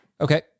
Okay